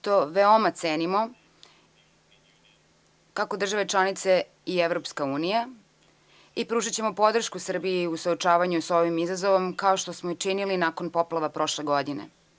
To veoma cenimo, kako države članice i EU, i pružaćemo podršku Srbiji u suočavanju sa ovim izazovom, kao što smo činili nakon poplava prošle godine.